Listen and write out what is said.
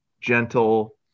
gentle